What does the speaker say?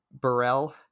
Burrell